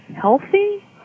healthy